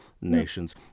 nations